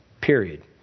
period